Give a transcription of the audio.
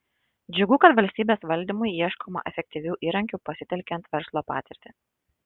džiugu kad valstybės valdymui ieškoma efektyvių įrankių pasitelkiant verslo patirtį